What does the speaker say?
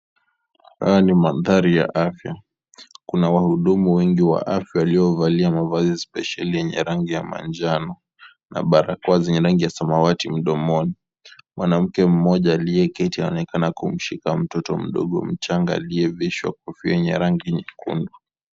Haya ni mandhari ya afya . Kuna wahudumu wengi wa afya waliovalia spesheli yenye rangi ya manjano na barakoa zenye rangi ya samawati mdomoni . Mwanamke mmoja aliyeketi anaonekana kumshika mtoto mdogo mchanga aliyevishwa kofia yenye rangi nyekundu.